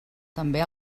també